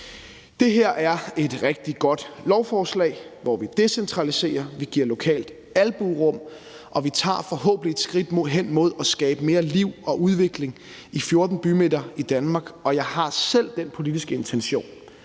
Det her er et rigtig godt lovforslag, hvor vi decentraliserer, vi giver lokalt albuerum, og vi tager forhåbentlig et skridt hen mod at skabe mere liv og udvikling i 14 bymidter i Danmark. Og jeg har selv den politiske intention,